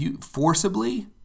forcibly